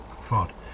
thought